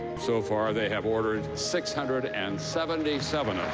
so far they have ordered six hundred and seventy seven